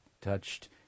touched